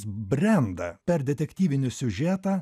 brenda per detektyvinį siužetą